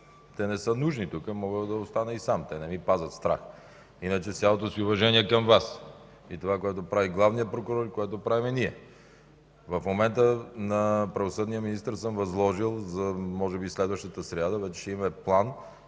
те не са нужни тук. Мога да остана и сам. Те не ми пазят страх, иначе – с цялото ми уважение към Вас, и това, което прави главният прокурор, и което правим ние. В момента на правосъдния министър съм възложил и може би следващата сряда ще имаме план,